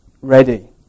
ready